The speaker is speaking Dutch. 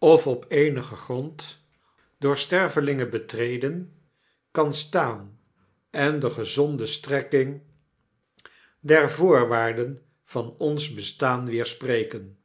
of op eenigen grond door stervelingen betreden kan staan en de gezonde strekking der voorwaarden van ons bestaan weerspreken